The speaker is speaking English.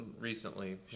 recently